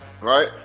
Right